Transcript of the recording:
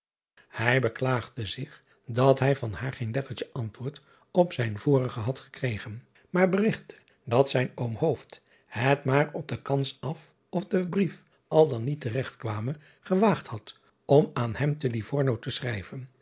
ij beklaagde zich dat hij van haar geen lettertje antwoord op zijn vorigen had gekregen maar berigtte dat zijn oom het maar op de kans af of de brief al dan niet te regt kwame gewaagd had om aan hem te ivorno te schrijven